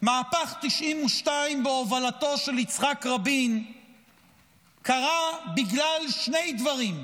מהפך 1992 בהובלתו של יצחק רבין קרה בגלל שני דברים: